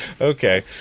Okay